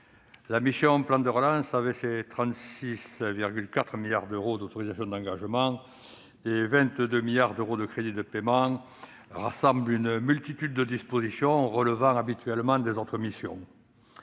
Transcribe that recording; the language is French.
la mission « Plan de relance », avec ses 36,4 milliards d'euros d'autorisations d'engagement et 22 milliards d'euros de crédits de paiement, rassemble une multitude de dispositions relevant habituellement d'autres missions.